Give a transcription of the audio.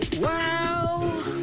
wow